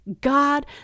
God